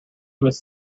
was